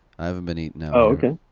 i haven't been eating. oh,